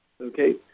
okay